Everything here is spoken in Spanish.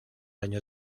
año